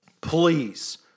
Please